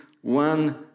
one